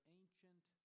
ancient